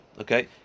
Okay